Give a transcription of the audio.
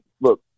look